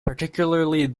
particularly